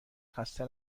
خسته